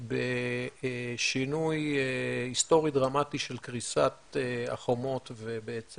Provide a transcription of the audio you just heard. בשינוי היסטורי דרמטי של קריסת החומות ובעצם